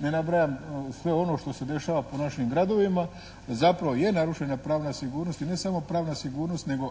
ne nabrajam sve ono što se dešava po našim gradovima zapravo je narušena pravna sigurnost. I ne samo pravna sigurnost nego